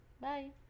Bye